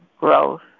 growth